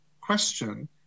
question